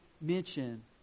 mention